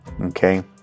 okay